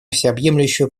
всеобъемлющую